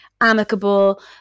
amicable